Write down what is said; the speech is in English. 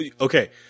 okay